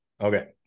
Okay